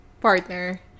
partner